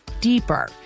deeper